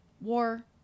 war